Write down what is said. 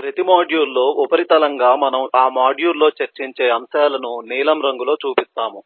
ప్రతి మాడ్యూల్లో ఉపరితలంగా మనము ఆ మాడ్యూల్లో చర్చించే అంశాలను నీలం రంగులో చూపిస్తాము